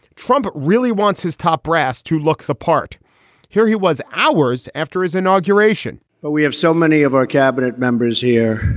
trump really wants his top brass to look the part here he was hours after his inauguration but we have so many of our cabinet members here.